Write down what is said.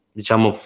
diciamo